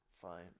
fine